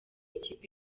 ikipe